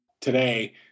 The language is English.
today